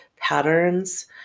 patterns